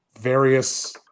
various